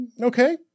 Okay